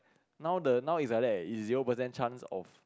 now the now is like that is zero percent chance of